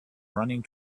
running